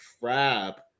crap